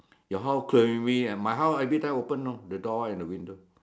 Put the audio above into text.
your house my house everytime open you know the door and the window